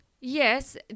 Yes